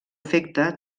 efecte